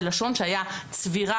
בלשון שהיה צבירה,